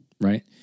right